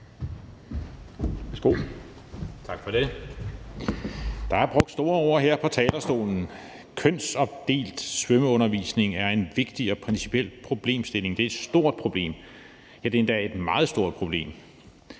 Der er brugt store ord her fra talerstolen: at kønsopdelt svømmeundervisning er en vigtig og principiel problemstilling, at det er et stort problem, og endda, at det er et meget stort problem.